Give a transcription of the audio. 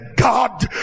God